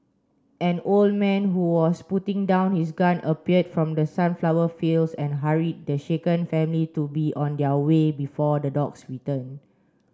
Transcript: an old man who was putting down his gun appeared from the sunflower fields and hurried the shaken family to be on their way before the dogs return